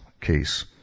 case